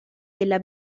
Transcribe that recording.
della